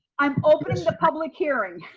i'm opening the public hearing.